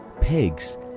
pigs